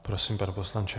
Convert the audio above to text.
Prosím, pane poslanče.